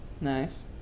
Nice